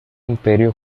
imperio